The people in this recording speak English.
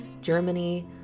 Germany